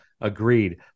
agreed